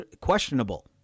questionable